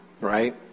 right